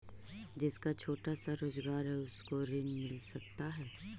जिसका छोटा सा रोजगार है उसको ऋण मिल सकता है?